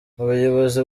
ubuyobozi